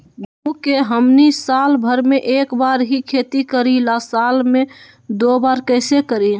गेंहू के हमनी साल भर मे एक बार ही खेती करीला साल में दो बार कैसे करी?